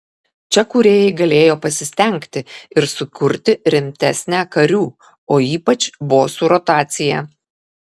čia kūrėjai galėjo pasistengti ir sukurti rimtesnę karių o ypač bosų rotaciją